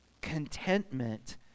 Contentment